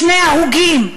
שני הרוגים,